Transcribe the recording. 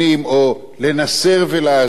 או לנסר ולהזיז.